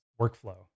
workflow